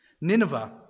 Nineveh